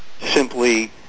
simply